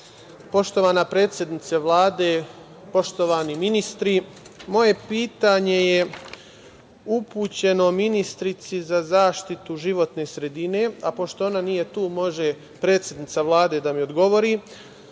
poštovana predsednice Vlade, poštovani ministri, moje pitanje je upućeno ministarki za zaštitu životne sredine, a pošto ona nije tu može predsednica Vlade da mi odgovori. Danas